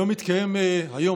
היום,